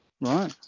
Right